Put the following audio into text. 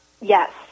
Yes